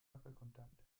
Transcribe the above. wackelkontakt